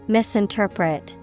Misinterpret